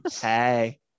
hey